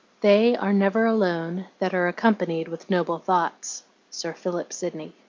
they are never alone that are accompanied with noble thoughts sir philip sidney.